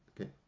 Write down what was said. okay